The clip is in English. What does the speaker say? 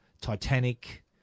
Titanic